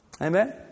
Amen